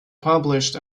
published